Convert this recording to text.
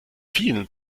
vielen